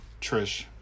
Trish